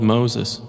Moses